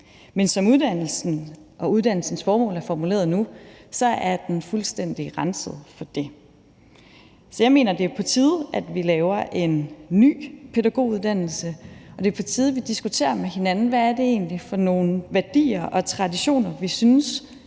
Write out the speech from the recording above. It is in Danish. og uddannelsens formål er formuleret nu, er den fuldstændig renset for det. Så jeg mener, det er på tide, at vi laver en ny pædagoguddannelse, og at det er på tide, at vi diskuterer med hinanden, hvad det egentlig er for nogle værdier og traditioner, vi synes